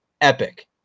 epic